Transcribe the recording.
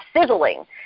sizzling